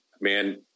man